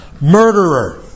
Murderer